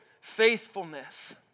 faithfulness